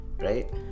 right